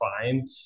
find